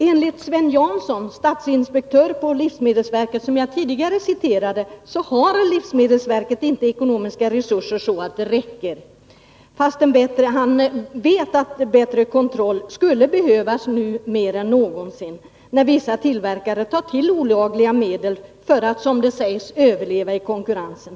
Enligt Sven Jansson, statsinspektör på livsmedelsverket, som jag tidigare citerade, har livsmedelsverket inte ekonomiska resurser så att det räcker, trots att man vet att en bättre kontroll skulle behövas nu mer än någonsin, när vissa tillverkare tar till olovliga medel för att, som det heter, överleva i konkurrensen.